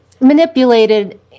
Manipulated